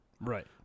Right